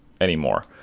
anymore